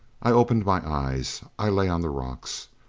i opened my eyes, i lay on the rocks.